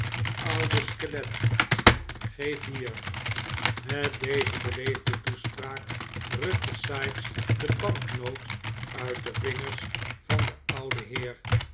oude skelet geef hier met deze beleefde toespraak rukte sikes de banknoot uit de vingers van den ouden heer